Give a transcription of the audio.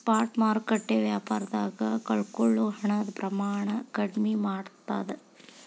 spot ಮಾರುಕಟ್ಟೆ ವ್ಯಾಪಾರದಾಗ ಕಳಕೊಳ್ಳೊ ಹಣದ ಪ್ರಮಾಣನ ಕಡ್ಮಿ ಮಾಡ್ತದ